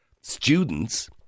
students